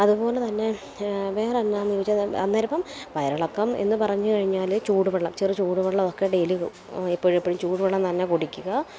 അതുപോലെ തന്നെ വേറെ എന്നാ എന്ന് ചോദിച്ചാൽ അന്നേരം ഇപ്പം വയറിളക്കം എന്ന് പറഞ്ഞ് കഴിഞ്ഞാൽ ചൂടുവെള്ളം ചെറു ചൂടുവെള്ളം ഒക്കെ ഡെയിലി എപ്പോഴും എപ്പോഴും ചൂടുവെള്ളം തന്നെ കുടിക്കുക